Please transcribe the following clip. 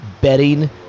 Betting